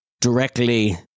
directly